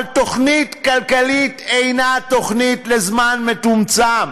אבל תוכנית כלכלית אינה תוכנית לזמן מצומצם,